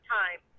time